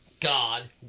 God